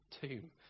tomb